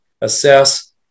assess